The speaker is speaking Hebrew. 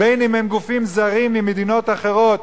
או גופים זרים ממדינות אחרות,